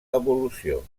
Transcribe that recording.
evolució